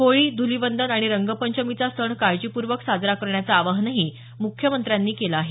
होळी ध्रलिवंदन आणि रंगपंचमीचा सण काळजीप्र्वक साजरा करण्याचं आवाहनही मुख्यमंत्र्यांनी केलं आहे